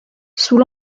sous